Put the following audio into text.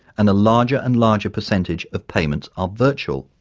and a larger and larger percentage of payments are virtual.